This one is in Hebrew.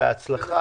בהצלחה.